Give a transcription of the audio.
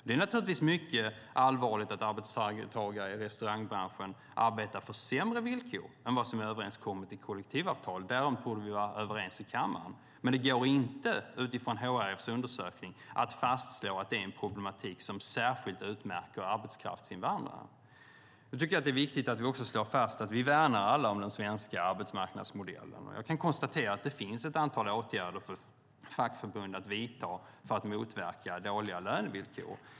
Det är naturligtvis mycket allvarligt att arbetstagare i restaurangbranschen arbetar för sämre villkor än vad som är överenskommet i kollektivavtalet - därom torde vi vara överens i kammaren - men det går inte att utifrån HRF:s undersökning fastslå att det är en problematik som särskilt utmärker arbetskraftsinvandrare. Det är viktigt att slå fast att vi alla värnar om den svenska arbetsmarknadsmodellen. Jag kan konstatera att det finns ett antal åtgärder för fackförbunden att vidta för att motverka dåliga lönevillkor.